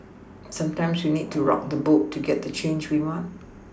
sometimes we need to rock the boat to get the change we want